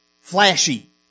flashy